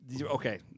Okay